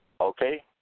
okay